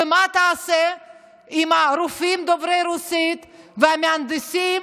ומה אתה עושה עם הרופאים דוברי הרוסית והמהנדסים?